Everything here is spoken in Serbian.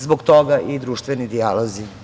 Zbog toga i društveni dijalozi.